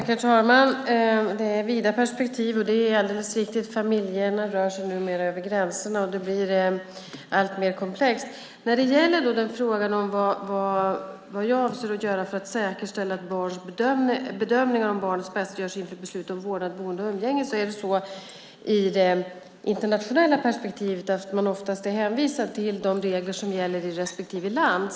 Herr talman! Det är vida perspektiv, och det är alldeles riktigt att familjerna numera rör sig över gränserna och att det blir alltmer komplext. När det gäller frågan om vad jag avser att göra för att säkerställa att bedömningar om barnets bästa görs inför beslut om vårdnad, boende och umgänge är det i det internationella perspektivet på det sättet att man oftast är hänvisad till de regler som gäller i respektive land.